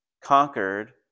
conquered